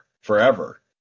forever